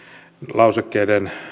lausekkeiden